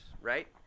right